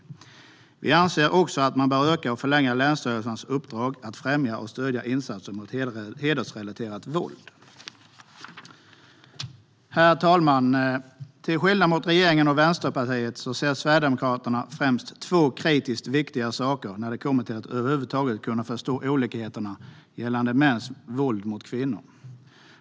Vi anser också att man bör öka och förlänga länsstyrelsernas uppdrag att främja och stödja insatser mot hedersrelaterat våld. Herr talman! Till skillnad från regeringen och Vänsterpartiet ser Sverigedemokraterna främst två kritiskt viktiga saker när det kommer till att över huvud taget kunna förstå olikheterna gällande mäns våld mot kvinnor.